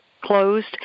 closed